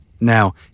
Now